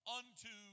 unto